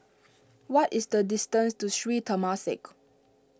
what is the distance to Sri Temasek